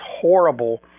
horrible